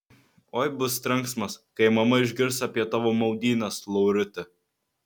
oi bus trenksmas kai mama išgirs apie tavo maudynes lauruti